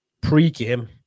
pre-game